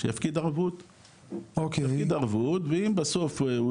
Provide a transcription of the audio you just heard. שיפקיד ערבות ואם בסוף,